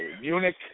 Munich